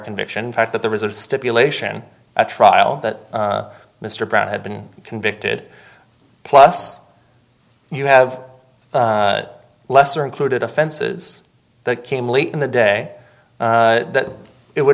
conviction in fact that there was a stipulation a trial that mr brown had been convicted plus you have lesser included offenses that came late in the day that it would